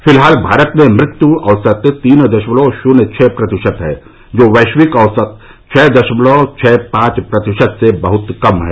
फिलहाल भारत में मृत्यु औसत तीन दशमलव शून्य छह प्रतिशत है जो वैश्विक औसत छह दशमलव छह पांच प्रतिशत से बहुत कम है